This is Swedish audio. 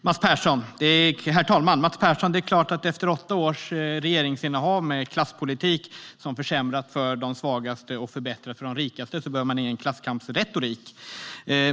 Herr talman! Det är klart, Mats Persson, att efter åtta års regeringsinnehav med klasspolitik som har försämrat för de svagaste och förbättrat för de rikaste behöver man ingen klasskamps retorik .